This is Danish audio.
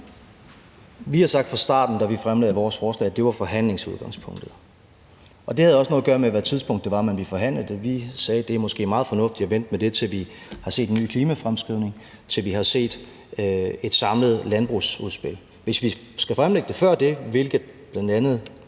Vi har sagt fra starten, da vi fremlagde vores forslag, at det var forhandlingsudgangspunktet. Og det har også noget at gøre med, hvilket tidspunkt man ville forhandle det. Vi sagde, at det måske var meget fornuftigt at vente med det, til vi havde set den nye klimafremskrivning, og til vi havde set et samlet landbrugsudspil. Hvis vi skal fremlægge det før det, hvilket blandt